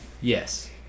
Yes